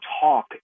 talk